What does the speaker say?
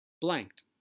blanked